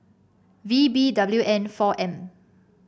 V B W N four M